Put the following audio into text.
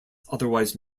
otherwise